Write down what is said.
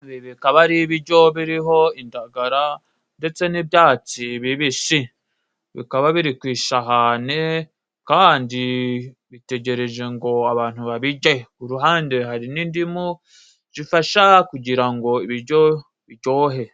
Ibi bikaba ari ibijyo biriho indagara ndetse n'ibyatsi bibisi. Bikaba biri ku isahane kandi bitegereje ngo abantu babige. Iruhande hari n'indimu, zifasha kugira ngo ibijyo bijyohe.